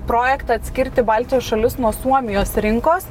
projektą atskirti baltijos šalis nuo suomijos rinkos